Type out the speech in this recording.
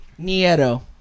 Nieto